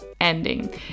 ending